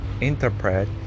interpret